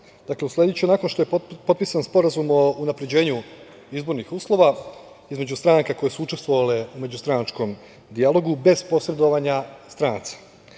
Dakle, uslediće nakon što su potpisan sporazum o unapređenju izbornih uslova između stranaka koje su učestvovale u međustranačkom dijalogu bez posredovanja stranaca. To